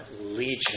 legion